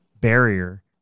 barrier